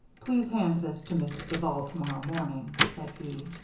please hand this to mrs. duval tomorrow morning, said he.